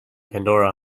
pandora